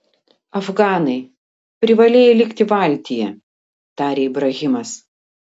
afganai privalėjai likti valtyje tarė ibrahimas